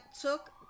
took